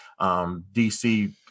DC